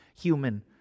human